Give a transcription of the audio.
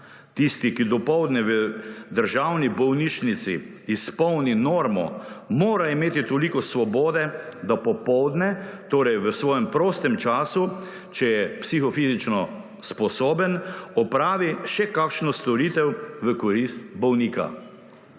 Tisti, ki dopoldne v državni bolnišnici izpolni normo, mora imeti toliko svobode, da popoldne, torej v svojem prostem času, če je psihofizično sposoben, opravi še kakšno storitev v korist bolnika.